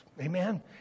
Amen